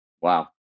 Wow